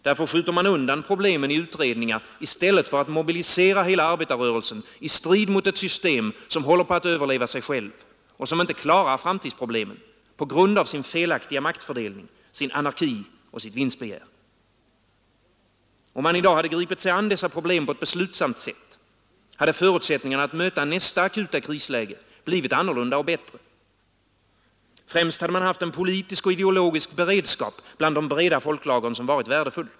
Därför skjuter man undan problemen till utredningar i stället för att mobilisera hela arbetarrörelsen i strid mot ett system som håller på att överleva sig självt och som inte klarar framtidsproblemen på grund av sin felaktiga maktfördelning, sin anarki och sitt vinstbegär. Om man i dag hade gripit sig an dessa problem på ett beslutsamt sätt hade förutsättningarna att möta nästa akuta krisläge blivit annorlunda och bättre. Främst hade man haft en politisk och ideologisk beredskap bland de breda folklagren som varit värdefull.